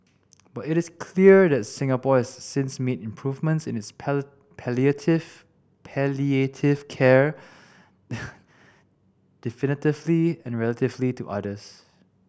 but it is clear that Singapore has since made improvements in its palliative palliative care definitively and relatively to others